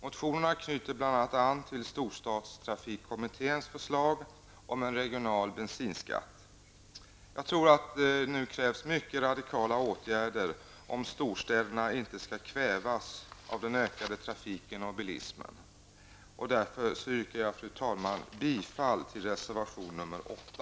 Motionerna knyter bl.a. an till storstadstrafikkommitténs förslag om en regional bensinskatt. Jag tror att det nu krävs mycket radikala åtgärder om storstäderna inte skall kvävas av den ökade trafiken och bilismen. Därför, fru talman, yrkar jag bifall till reservation 8.